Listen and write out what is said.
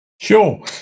Sure